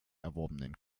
erworbenen